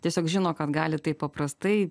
tiesiog žino kad gali taip paprastai